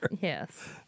Yes